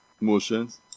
motions